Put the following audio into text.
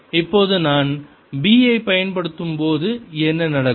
இப்போது நான் B ஐப் பயன்படுத்தும்போது என்ன நடக்கும்